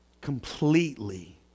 completely